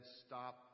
stop